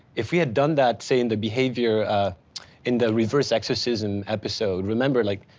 if we had done that saying the behavior in the reverse exorcism episode, remember, like,